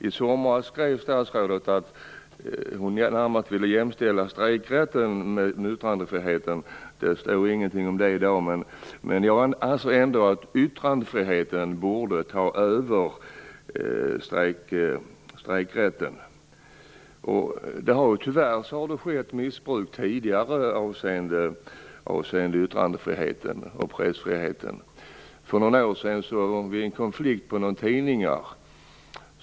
I somras skrev statsrådet att hon närmast ville jämställa strejkrätten med yttrandefriheten. Det står ingenting om det i svaret i dag, men jag anser ändå att yttrandefriheten borde ta över över strejkrätten. Tyvärr har det skett missbruk tidigare avseende yttrandefriheten och pressfriheten. För några år sedan hade vi en konflikt på några tidningar.